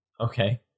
okay